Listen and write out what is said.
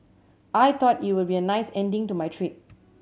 I thought it would be a nice ending to my trip